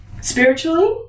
spiritually